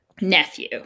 Nephew